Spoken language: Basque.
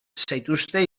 zaituzte